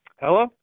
Hello